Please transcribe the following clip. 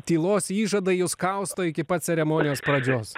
tylos įžadai jus kausto iki pat ceremonijos pradžios